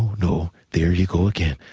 no, there you go again.